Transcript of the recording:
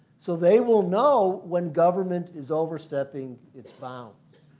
so they will know when government is overstepping its bounds.